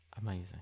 Amazing